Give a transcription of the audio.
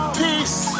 peace